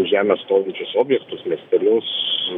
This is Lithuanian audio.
žemėj stovinčius objektus miestelius